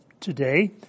today